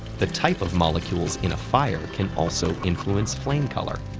the type of molecules in a fire can also influence flame color.